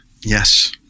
Yes